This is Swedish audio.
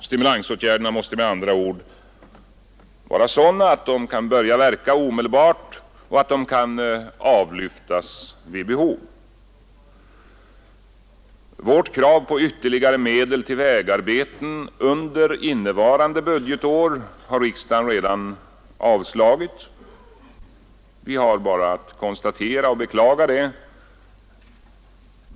Stimulansåtgärderna måste med andra ord vara sådana att de kan börja verka omedelbart och att de kan avlyftas vid behov. Vårt krav på ytterligare medel till vägarbeten under innevarande budgetår har riksdagen redan avslagit. Vi har bara att konstatera och beklaga det.